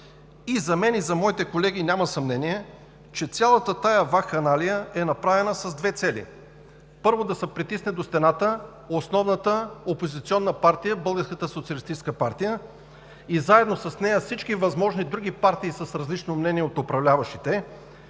И за мен, и за моите колеги няма съмнение, че цялата тази вакханалия е направена с две цели: първо, да се притисне до стената основната опозиционна партия – Българската социалистическа партия, и заедно с нея, всички възможни други партии с различно мнение от управляващите.